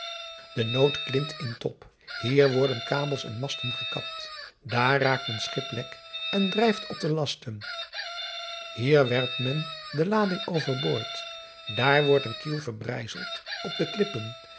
e nood klimt in top ier worden kabels en masten gekapt daar raakt een schip lek en drijft op de lasten ier werpt men de lading overboord daar word een kiel verbrijzeld op de klippen